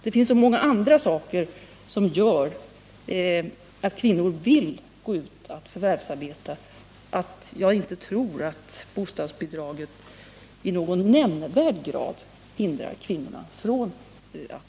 Det finns så många andra saker som gör att kvinnor vill förvärvsarbeta att jag inte tror att bostadsbidragen i någon nämnvärd grad hindrar dem från det.